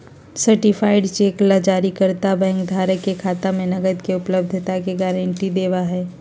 certified cheque ला जारीकर्ता bank धारक के खाता में नकद के उपलब्धता के गारंटी देवा हई